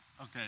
Okay